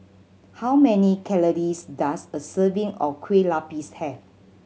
how many calories does a serving of kue lupis have